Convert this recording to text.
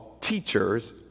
teachers